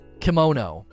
Kimono